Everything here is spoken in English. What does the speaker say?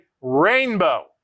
rainbow